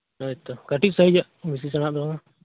ᱦᱳᱭᱛᱳ ᱠᱟᱹᱴᱤᱡ ᱥᱟᱭᱤᱡᱟᱜ ᱵᱤᱥᱤ ᱥᱮᱬᱟ ᱦᱟᱜ ᱫᱚ ᱵᱟᱝᱼᱟ